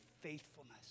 faithfulness